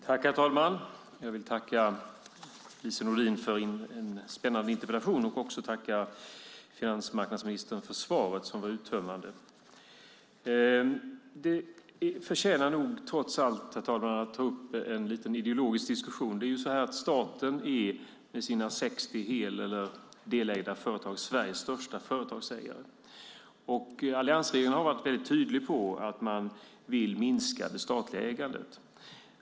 Herr talman! Jag vill tacka Lise Nordin för en spännande interpellation och också tacka finansmarknadsministern för svaret som var uttömmande. Det förtjänar nog trots allt att ta upp en lite ideologisk diskussion. Staten är med sina 60 hel eller delägda företag Sveriges största företagsägare. Och alliansregeringen har varit väldigt tydlig med att man vill minska det statliga ägandet.